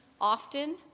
often